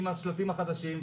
עם השלטים החדשים,